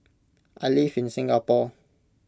I live in Singapore